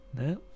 no